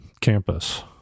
campus